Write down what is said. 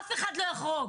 אף אחד לא יחרוג.